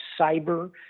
cyber